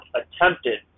attempted